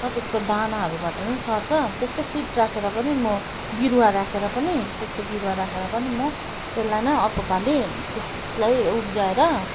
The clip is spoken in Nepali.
अन्त त्यसको दानाहरूबाट नि सर्छ त्यसकै सिड राखेर पनि म बिरुवा राखेर पनि त्यसको बिरुवा राखेर पनि म त्यसलाई नै अर्कोपालि त्यसलाई उब्जाएर